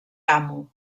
amo